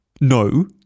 no